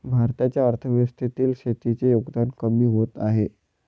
भारताच्या अर्थव्यवस्थेतील शेतीचे योगदान कमी होत आहे